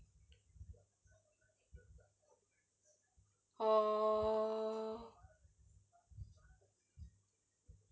oh